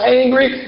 angry